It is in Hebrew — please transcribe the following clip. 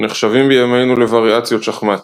נחשבים בימינו לווריאציות שחמט.